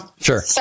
sure